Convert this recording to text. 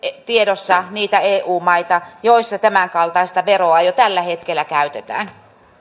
tiedossa niitä eu maita joissa tämänkaltaista veroa jo tällä hetkellä käytetään